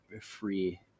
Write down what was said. free